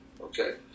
okay